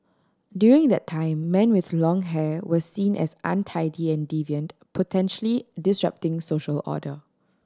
during that time men with long hair were seen as untidy and deviant potentially disrupting social order